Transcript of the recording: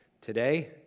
Today